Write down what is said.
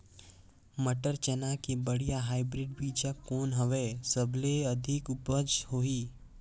मटर, चना के बढ़िया हाईब्रिड बीजा कौन हवय? सबले अधिक उपज होही?